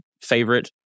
favorite